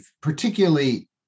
particularly